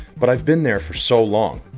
but i've been there for so long.